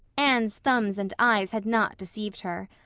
anne's thumbs and eyes had not deceived her.